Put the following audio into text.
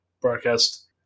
broadcast